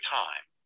time